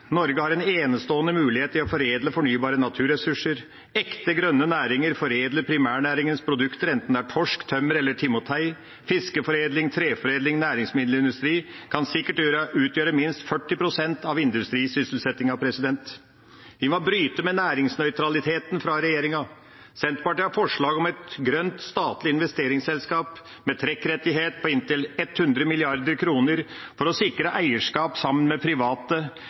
Norge har en enestående mulighet til å foredle fornybare naturressurser. Ekte grønne næringer foredler primærnæringenes produkter, enten det er torsk, tømmer eller timotei – fiskeforedling, treforedling og næringsmiddelindustri kan sikkert utgjøre minst 40 pst. av industrisysselsettingen. Vi må bryte med næringsnøytraliteten fra regjeringa. Senterpartiet har forslag om et grønt, statlig investeringsselskap med trekkrettighet på inntil 100 mrd. kr for å sikre eierskap sammen med private